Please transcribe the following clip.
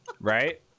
Right